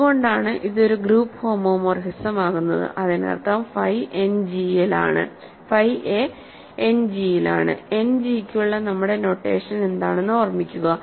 ഇതുകൊണ്ടാണ് ഇത് ഒരു ഗ്രൂപ്പ് ഹോമോമോർഫിസം ആകുന്നത് അതിനർത്ഥം ഫൈ എ എൻഡ് ജിയിലാണ് എൻഡ് ജി യ്ക്കുള്ള നമ്മുടെ നൊട്ടേഷൻ എന്താണെന്ന് ഓർമ്മിക്കുക